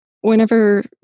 whenever